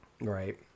Right